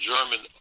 German